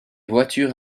voitures